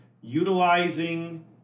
utilizing